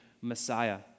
Messiah